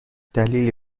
دلیلی